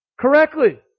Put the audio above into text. correctly